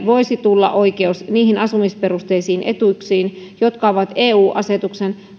voisi tulla oikeus niihin asumisperusteisiin etuuksiin jotka ovat eu asetuksen